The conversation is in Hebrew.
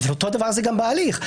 אותו דבר זה גם בהליך.